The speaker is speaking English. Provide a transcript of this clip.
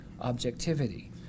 objectivity